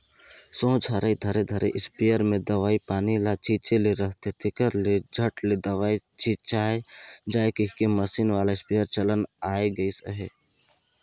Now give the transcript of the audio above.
सोझ हरई धरे धरे इस्पेयर मे दवई पानी ल छीचे ले रहथे, तेकर ले झट ले दवई छिचाए जाए कहिके मसीन वाला इस्पेयर चलन आए गइस अहे